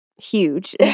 Huge